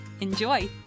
Enjoy